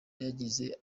yagize